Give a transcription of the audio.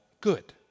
good